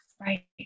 Right